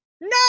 no